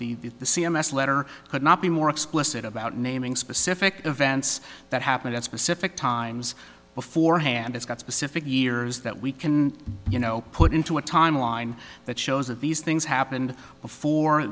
the c m s letter could not be more explicit about naming specific events that happened at specific times beforehand it's got specific years that we can you know put into a timeline that shows that these things happened before